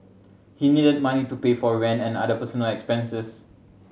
he needed money to pay for rent and other personal expenses